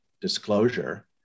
disclosure